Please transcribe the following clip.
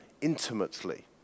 intimately